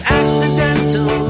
accidental